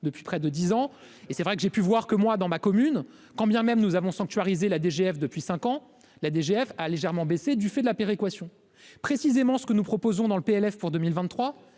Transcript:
depuis près de 10 ans et c'est vrai que j'ai pu voir que moi dans ma commune, quand bien même nous avons sanctuarisé la DGF depuis 5 ans la DGF a légèrement baissé du fait de la péréquation précisément ce que nous proposons dans le PLF pour 2023,